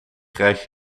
krijg